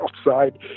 outside